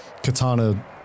Katana